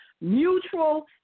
mutual